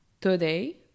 Today